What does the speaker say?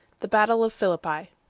the battle of philippi.